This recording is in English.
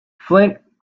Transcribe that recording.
flint